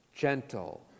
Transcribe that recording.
Gentle